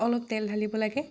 অলপ তেল ঢালিব লাগে